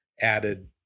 added